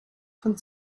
von